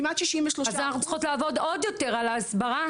כמעט 63%. אז אנחנו צריכות לעבוד עוד יותר על ההסברה,